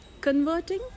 converting